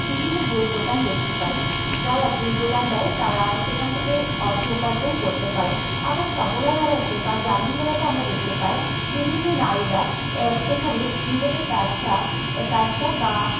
বিভিন্ন বইয়ের দোকান দেখতে পাই যারা বই দোকান দেয় তারা সেখান থেকে অর্থ উপার্জন করতে পারে আবার সবলা মেলাতে বা গ্রামীণ মেলাতে আমরা দেখতে পাই বিভিন্ন নারীরা সেখানে নিজেদের ব্যবসা ব্যবসা বা